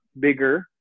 bigger